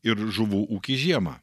ir žuvų ūkį žiemą